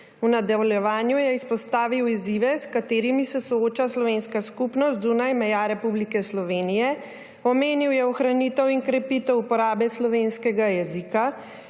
V nadaljevanju je izpostavil izzive, s katerimi se sooča slovenska skupnost zunaj meja Republike Slovenije. Omenil je ohranitev in krepitev uporabe slovenskega jezika,